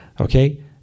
Okay